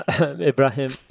ibrahim